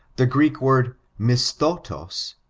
the grreek word misthotos,